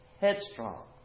headstrong